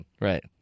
right